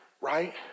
right